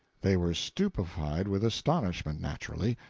they were stupefied with astonishment naturally.